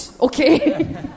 okay